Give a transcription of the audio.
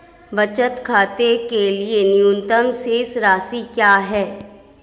बचत खाते के लिए न्यूनतम शेष राशि क्या है?